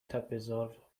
تپهزار